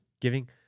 giving